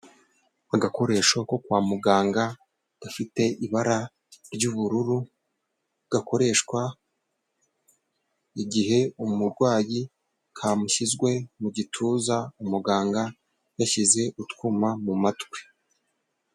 Agakoresho ko kwa muganga, gafite ibara ry'ubururu, gakoreshwa igihe umurwayi kamushyizwe mu gituza, umuganga yashyize utwuma mu matwi.